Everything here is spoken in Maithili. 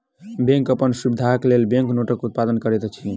बैंक अपन सुविधाक लेल बैंक नोटक उत्पादन करैत अछि